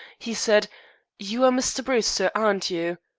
he said you are mr. bruce, sir, aren't you?